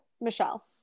Michelle